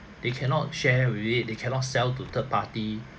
they cannot share with it they cannot sell to third party